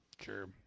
Sure